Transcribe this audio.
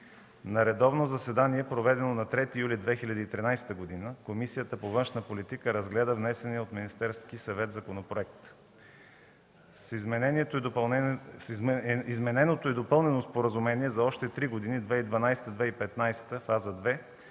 На редовно заседание, проведено на 3 юли 2013 г., Комисията по външна политика разгледа внесения от Министерския съвет законопроект. С измененото и допълнено споразумение за още три години – 2012-2015 г. (фаза 2),